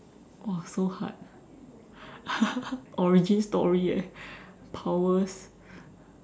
!wah! so hard origin story eh powers